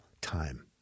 time